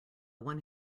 one